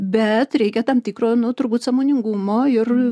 bet reikia tam tikro nu turbūt sąmoningumo ir